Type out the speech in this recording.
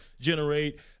generate